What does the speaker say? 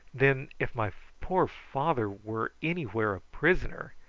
then if my poor father were anywhere a prisoner,